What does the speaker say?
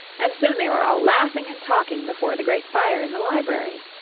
and soon they were all laughing and talking before the great fire in the library.